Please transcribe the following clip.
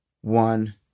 one